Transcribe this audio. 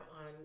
on